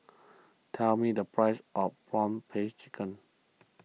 tell me the price of Prawn Paste Chicken